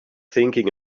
thinking